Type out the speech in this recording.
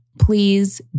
please